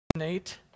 Nate